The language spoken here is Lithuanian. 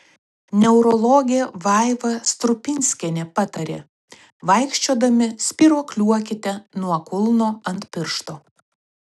neurologė vaiva strupinskienė patarė vaikščiodami spyruokliuokite nuo kulno ant piršto